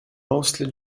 mostly